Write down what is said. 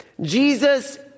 Jesus